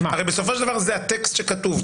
הרי בסופו של דבר זה הטקסט שכתוב.